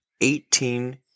eighteen